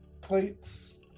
plates